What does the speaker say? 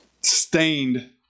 stained